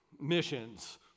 missions